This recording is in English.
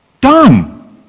done